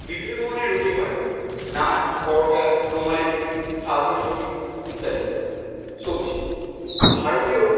বিভিন্ন ধরনের রুটি হয় নান পরোটা রুমালি রুটি সাধারণ রুটি ইত্যাদি ইত্যাদি সবজি ভারতীয়